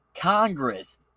Congress